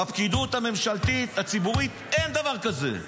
בפקידות הממשלתית הציבורית אין דבר כזה.